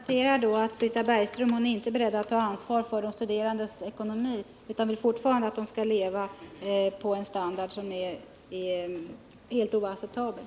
Herr talman! Jag konstaterar då bara att Britta Bergström inte är beredd att ta ansvar för de studerandes ekonomi utan fortfarande vill att de skall leva på en standard som är helt oacceptabel.